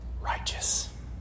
righteous